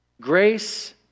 grace